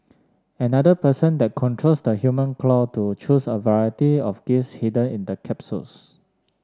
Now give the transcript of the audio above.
another person then controls the human claw to choose a variety of gifts hidden in capsules